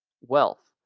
wealth